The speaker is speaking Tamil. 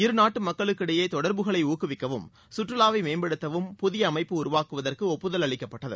இருநாட்டு மக்களுக்கிடையே தொடர்புகளை ஊக்குவிக்கவும் சுற்றுலாவை மேம்படுத்தவும் புதிய அமைப்பு உருவாக்குவதற்கு ஒப்புதல் அளிக்கப்பட்டது